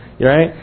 right